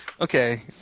Okay